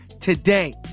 today